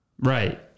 Right